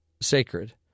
sacred